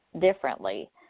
differently